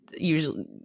usually